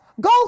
go